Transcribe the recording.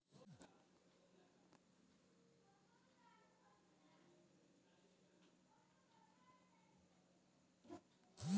सीमा पर समान टपेभी तँ ओहि पर टैरिफ टैक्स दिअ पड़तौ